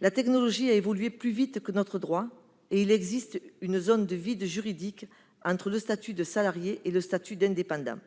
La technologie a évolué plus vite que notre droit. Il existe une zone de vide juridique entre le statut de salarié et le statut d'indépendant.